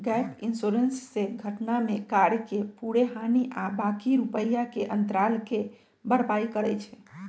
gap insurance से घटना में कार के पूरे हानि आ बाँकी रुपैया के अंतराल के भरपाई करइ छै